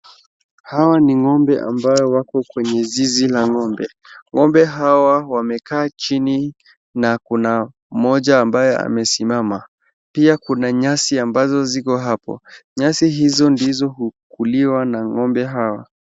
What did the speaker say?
Hawa ni ng'ombe ambao wako kwa zizi la ng'ombe. Ng'ombe hawa wamekaa chini na kuna mmoja ambaye amesimama. Pia kuna nyasi ambazo ziko hapo. Nyasi hizo ndizo hukuliwa na ng'ombe hao.